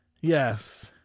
yes